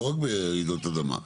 לא רק ברעידות אדמה,